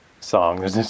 song